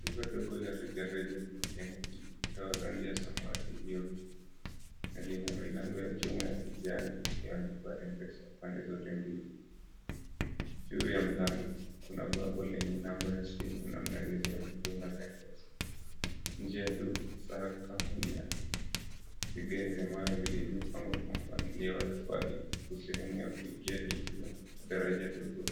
Duka dogo la rejareja limejengwa kwenye ukuta wa rangi ya samawati na lina milango ya chuma ya kijani iliyoandikwa Mpesa pande zote mbili. Juu ya mlango kuna bango lenye namba ya simu na maelezo ya huduma za Mpesa. Nje ya duka sakafu vigae vidogo vilivyopangwa kwa mpangilio wa mawe huku sehemu ya kuingia ikiwa daraja dogo